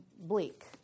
bleak